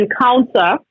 encounter